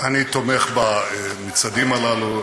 אני תומך במצעדים הללו,